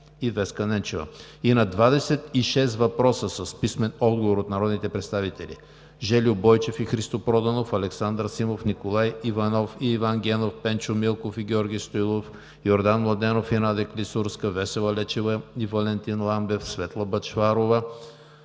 и на 26 въпроса с писмен отговор от народните представители